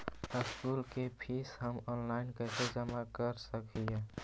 School के fees हम online कैसे जमा कर सक हिय?